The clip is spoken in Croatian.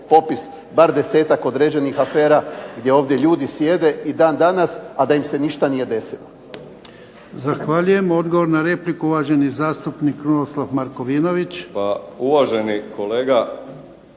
popis bar 10-ak određenih afera gdje ovdje ljudi sjede i dan danas a da im se ništa nije desilo. **Jarnjak, Ivan (HDZ)** Zahvaljujem. Odgovor na repliku uvaženi zastupnik Krunoslav Markovinović. **Markovinović,